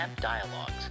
Dialogues